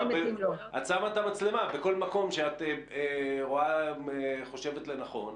את שמה את המצלמה בכל מקום שאת חושבת לנכון,